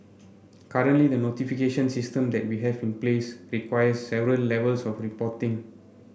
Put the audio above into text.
currently the notification system that we have in place requires several levels of reporting